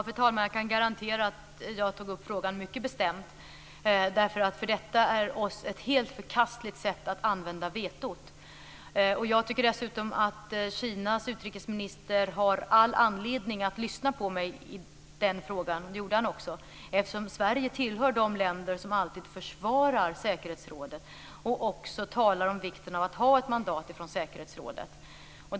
Fru talman! Jag kan garantera att jag tog upp frågan mycket bestämt. Detta är för oss ett helt förkastligt sätt att använda veto på. Jag tycker dessutom att Kinas utrikesminister har anledning att lyssna på mig i den frågan, och det gjorde han också, eftersom Sverige tillhör de länder som alltid försvarar säkerhetsrådet, och också talar om vikten av att ha ett mandat från säkerhetsrådet.